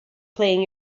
playing